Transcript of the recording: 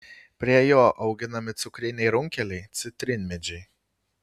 prie jo auginami cukriniai runkeliai citrinmedžiai